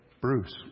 Bruce